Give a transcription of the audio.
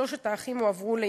ושלושת האחים הועברו לאימוץ.